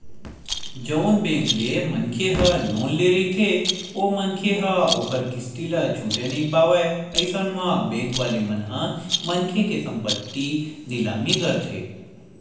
जउन बेंक ले मनखे ह लोन ले रहिथे ओ मनखे ह ओखर किस्ती ल छूटे नइ पावय अइसन म बेंक वाले मन ह मनखे के संपत्ति निलामी करथे